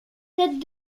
tête